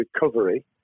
recovery